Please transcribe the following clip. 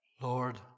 Lord